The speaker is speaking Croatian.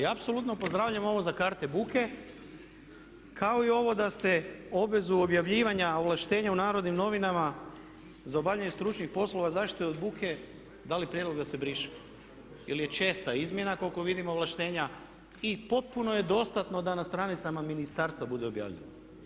Apsolutno pozdravljam ovo za karte buke kao i ovo da ste obvezu objavljivanja ovlaštenja u Narodnim novinama za obavljanje stručnih poslova zaštite od buke dali prijedlog da se briše jer je česta izmjena koliko vidim ovlaštenja i potpuno je dostatno da na stranicama ministarstva bude objavljeno.